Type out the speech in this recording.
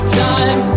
time